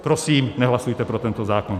Prosím, nehlasujte pro tento zákon.